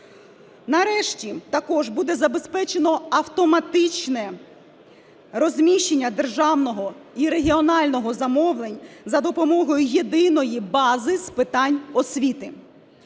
Нарешті також буде забезпечено автоматичне розміщення державного і регіонального замовлень за допомогою єдиної бази з питань освіти.